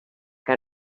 que